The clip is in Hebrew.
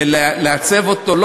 ולעצב אותו.